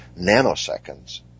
nanoseconds